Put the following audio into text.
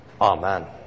Amen